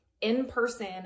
in-person